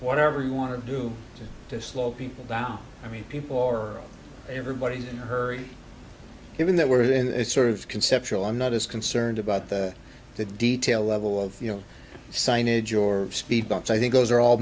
whatever you want to do to slow people down i mean people or everybody's in a hurry given that we're in a sort of conceptual i'm not as concerned about the the detail level of you know signage or speed bumps i think those are all